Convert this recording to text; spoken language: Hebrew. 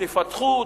תפתחו,